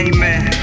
Amen